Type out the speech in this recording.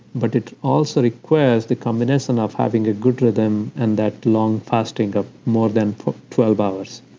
but it also requires the combination of having a good rhythm and that long fasting of more than twelve hours.